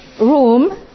room